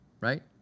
Right